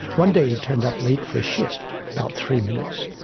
one day he turned up late for a shift, about three minutes,